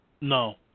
No